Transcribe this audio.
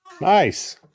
Nice